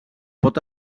pot